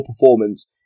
performance